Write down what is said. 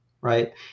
right